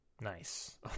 Nice